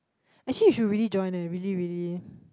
actually you should really join eh really really